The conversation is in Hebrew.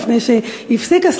לפני שהיא הספיקה.